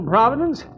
Providence